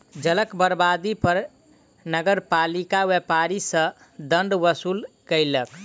जलक बर्बादी पर नगरपालिका व्यापारी सॅ दंड वसूल केलक